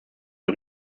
für